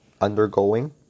undergoing